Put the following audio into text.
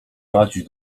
maciuś